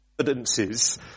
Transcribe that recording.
evidences